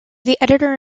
editor